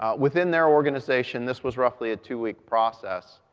ah within their organization, this was roughly a two-week process,